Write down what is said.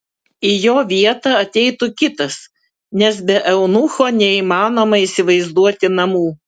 į jo vietą ateitų kitas nes be eunucho neįmanoma įsivaizduoti namų